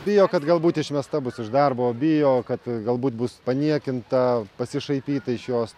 bijo kad galbūt išmesta bus iš darbo bijo kad galbūt bus paniekinta pasišaipyta iš jos